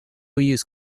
use